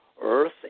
earth